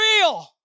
real